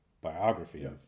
biography